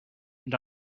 and